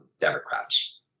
Democrats